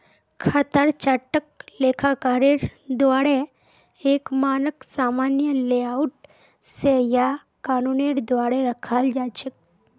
खातार चार्टक लेखाकारेर द्वाअरे एक मानक सामान्य लेआउट स या कानूनेर द्वारे रखाल जा छेक